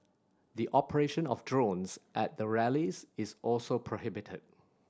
the operation of drones at the rallies is also prohibited